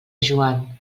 joan